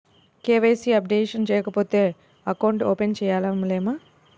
KYC updation చేయకపోతే account open చేయలేమా?